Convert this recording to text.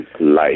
life